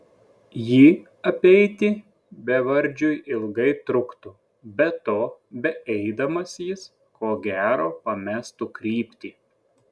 jį apeiti bevardžiui ilgai truktų be to beeidamas jis ko gero pamestų kryptį